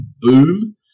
boom